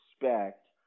expect